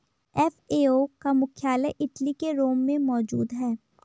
FAO का मुख्यालय Italy के रोम में मौजूद है